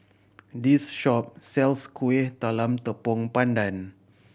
this shop sells Kuih Talam Tepong Pandan